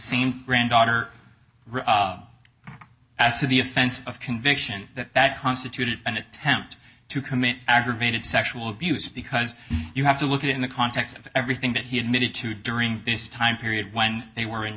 same granddaughter as to the offense of conviction that that constituted an attempt to commit aggravated sexual abuse because you have to look at it in the context of everything that he admitted to during this time period when they were in